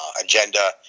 agenda